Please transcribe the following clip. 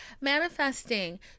Manifesting